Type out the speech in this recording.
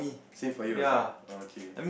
same for you also oh okay